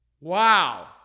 Wow